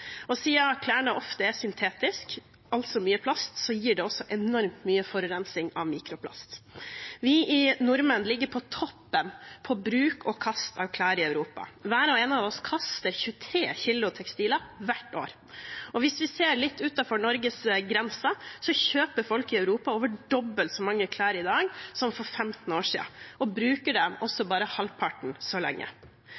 og siden klærne ofte er syntetiske, altså mye plast, gir det også enormt mye forurensing av mikroplast. Vi nordmenn ligger på toppen når det gjelder bruk og kast av klær i Europa. Hver og en av oss kaster 23 kg tekstiler hvert år. Hvis vi ser litt utenfor Norges grenser, kjøper folk i Europa over dobbelt så mange klær i dag som for 15 år siden, og bruker dem også